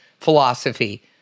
philosophy